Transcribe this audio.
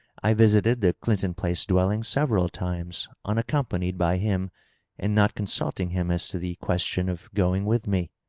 i visited the clinton place dwelling several times unaccompanied by him and not consulting him as to the ques tion of going with me.